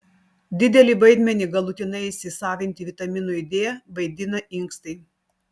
didelį vaidmenį galutinai įsisavinti vitaminui d vaidina inkstai